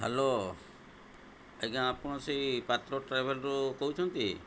hello ଆଜ୍ଞା ଆପଣ ସେଇ ପାତ୍ର ଟ୍ରାଭେଲ୍ରୁ କହୁଛନ୍ତି